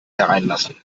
hereinlassen